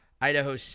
Idaho